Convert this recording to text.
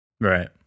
Right